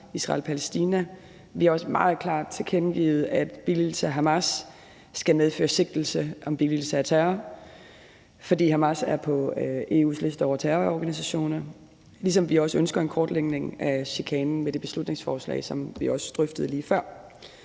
generelt. Vi har også meget klart tilkendegivet, at billigelse af Hamas skal medføre sigtelse for billigelse af terror, fordi Hamas er på EU's liste over terrororganisationer, ligesom vi med det beslutningsforslag, vi drøftede lige før,